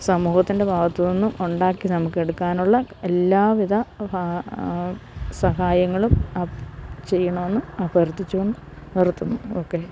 സമൂഹത്തിൻ്റെ ഭാഗത്തു നിന്നുമുണ്ടാക്കി നമുക്കെടുക്കാനുള്ള എല്ലാവിധ സഹായങ്ങളും ചെയ്യണമെന്നും അഭ്യർത്ഥിച്ചുകൊണ്ട് നിർത്തുന്നു ഓക്കെ